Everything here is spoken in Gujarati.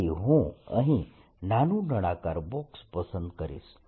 તેથી હું અહીં નાનું નળાકાર બોક્સ પસંદ કરીશ